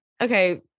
okay